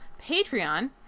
Patreon